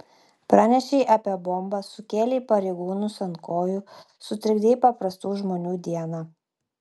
pranešei apie bombą sukėlei pareigūnus ant kojų sutrikdei paprastų žmonių dieną